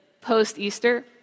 post-Easter